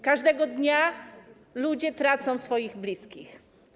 Każdego dnia ludzie tracą swoich bliskich.